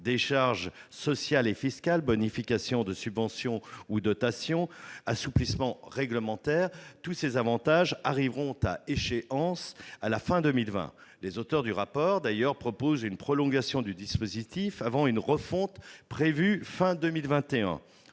charges sociales et fiscales, bonification de subventions ou dotations, assouplissements réglementaires -arriveront à échéance à la fin de 2020. Les auteurs du rapport proposent une prolongation de ce dispositif avant une refonte prévue pour